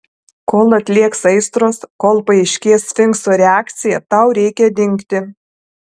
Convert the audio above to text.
kol atlėgs aistros kol paaiškės sfinkso reakcija tau reikia dingti